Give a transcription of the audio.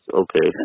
okay